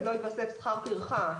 לא יתווסף שכר טרחה.